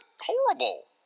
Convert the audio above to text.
horrible